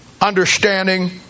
understanding